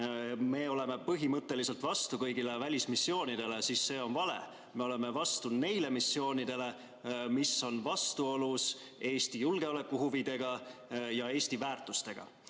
me oleme põhimõtteliselt vastu kõigile välismissioonidele, siis see on vale. Me oleme vastu neile missioonidele, mis on vastuolus Eesti julgeolekuhuvidega ja Eesti väärtustega. Nüüd